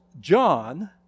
John